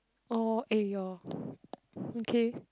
oh !aiyo! okay